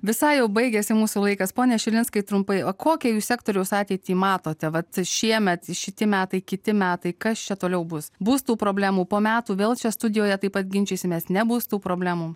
visai jau baigiasi mūsų laikas pone šilinskai trumpai o kokią jūs sektoriaus ateitį matote vat šiemet šiti metai kiti metai kas čia toliau bus bus tų problemų po metų vėl čia studijoje taip pat ginčysimės nebus tų problemų